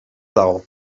dago